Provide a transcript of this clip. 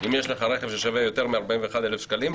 אם יש לך רכב ששווה יותר מ-41,000 שקלים,